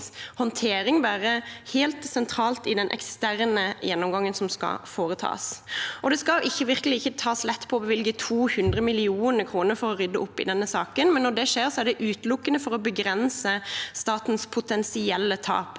håndtering være helt sentral i den eksterne gjennomgangen som skal foretas. Det skal virkelig ikke tas lett på å bevilge 200 mill. kr for å rydde opp i denne saken, men når det skjer, er det utelukkende for å begrense statens potensielle tap.